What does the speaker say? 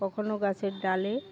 কখনও গাছের ডালে